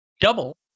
double